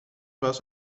was